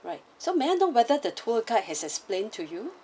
right so may I know whether the tour guide has explained to you